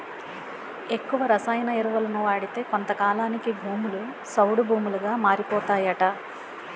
ఎక్కువ రసాయన ఎరువులను వాడితే కొంతకాలానికి భూములు సౌడు భూములుగా మారిపోతాయట